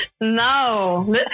No